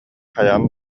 хайаан